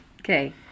Okay